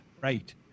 right